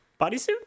Bodysuit